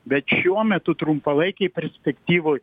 bet šiuo metu trumpalaikėj perspektyvoj